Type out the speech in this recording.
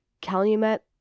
calumet